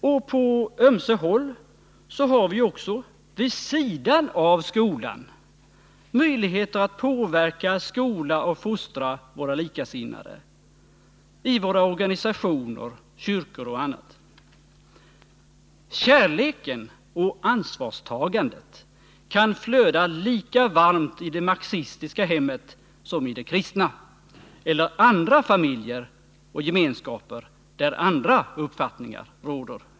Och på ömse håll har vi ju också vid sidan av skolan möjligheter att påverka, skola och fostra våra likasinnade i våra organisationer, kyrkor och annorstädes. Kärleken och ansvarstagandet kan flöda lika varmt i det marxistiska hemmet som i det kristna eller i andra familjer och gemenskaper där andra uppfattningar råder.